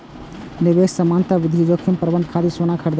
निवेशक सामान्यतः विविध जोखिम प्रबंधन खातिर सोना खरीदै छै